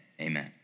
Amen